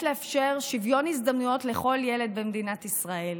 לאפשר שוויון הזדמנויות לכל ילד במדינת ישראל.